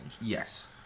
Yes